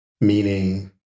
meaning